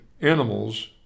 animals